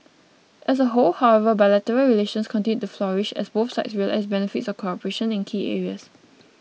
as a whole however bilateral relations continued to flourish as both sides realise benefits of cooperation in key areas